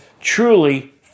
truly